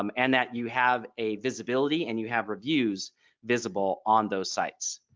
um and that you have a visibility and you have reviews visible on those sites.